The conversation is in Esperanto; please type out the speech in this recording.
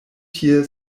tie